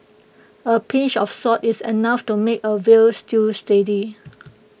A pinch of salt is enough to make A Veal Stew